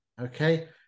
Okay